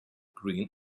green